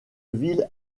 ville